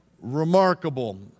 remarkable